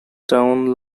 town